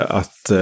att